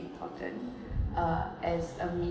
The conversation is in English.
important uh as a